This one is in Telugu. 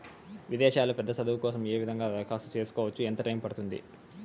విదేశాల్లో పెద్ద చదువు కోసం ఏ విధంగా దరఖాస్తు సేసుకోవచ్చు? ఎంత టైము పడుతుంది?